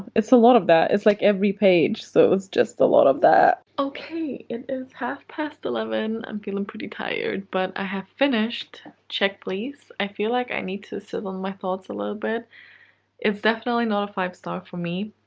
it's a lot of that. it's like every page. so it's just a lot of that okay, it is half past eleven. i'm feeling pretty tired, but i have finished check please. i feel like i need to sit on my thoughts a little bit it's definitely not a five star for me,